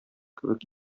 кебек